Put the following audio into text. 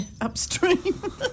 upstream